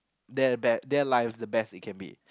their best their lives the best it can be